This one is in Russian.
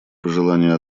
пожелание